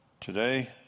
Today